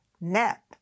net